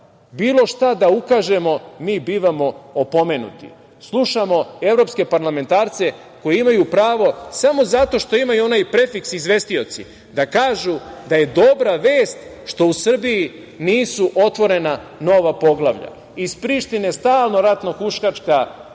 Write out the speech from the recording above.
šta da ukažemo, mi bivamo opomenuti. Slušamo evropske parlamentarce koji imaju pravo, samo zato što imaju onaj prefiks – izvestioci, da kažu da je dobra vest što u Srbiji nisu otvorena nova poglavlja. Iz Prištine stalno ratno huškačka